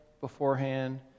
beforehand